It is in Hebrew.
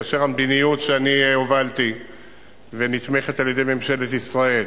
כאשר המדיניות שאני הובלתי והיא נתמכת על-ידי ממשלת ישראל,